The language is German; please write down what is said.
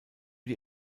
die